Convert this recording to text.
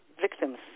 victims